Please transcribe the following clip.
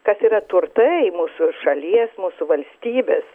kas yra turtai mūsų šalies mūsų valstybės